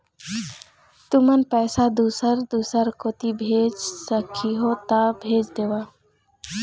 तुमन पैसा दूसर दूसर कोती भेज सखीहो ता भेज देवव?